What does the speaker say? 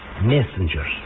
Messengers